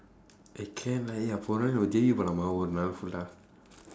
eh can lah போன வாட்டி நம்ம:poona vaatdi namma J_B போனோமே ஒரு வாரம்:poonoomee oru vaaram fulla